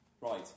Right